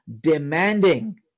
demanding